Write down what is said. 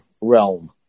realm